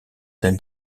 tel